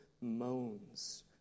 moans